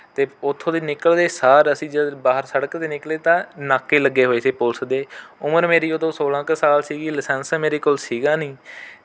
ਅਤੇ ਉੱਥੋਂ ਦੇ ਨਿਕਲਦੇ ਸਾਰ ਅਸੀਂ ਜਦ ਬਾਹਰ ਸੜਕ 'ਤੇ ਨਿਕਲੇ ਤਾਂ ਨਾਕੇ ਲੱਗੇ ਹੋਏ ਸੀ ਪੁਲਿਸ ਦੇ ਉਮਰ ਮੇਰੀ ਓਦੋਂ ਸੋਲ਼੍ਹਾਂ ਕੁ ਸਾਲ ਸੀਗੀ ਅਤੇ ਲਾਇਸੰਸ ਮੇਰੇ ਕੋਲ ਸੀਗਾ ਨਹੀਂ